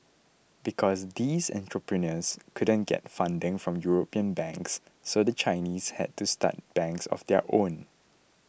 because these entrepreneurs couldn't get funding from European banks so the Chinese had to start banks of their own